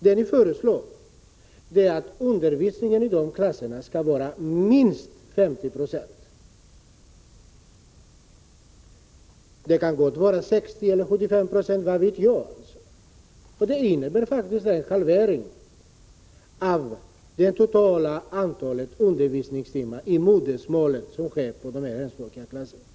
Vad som föreslås är att undervisningen i de klasserna skall vara minst 50 90; den kan gott vara 60 eller 75 90 — vad vet jag? Det innebär faktiskt en halvering av det totala antalet undervisningstimmar i modersmålet i de här enspråkiga klasserna.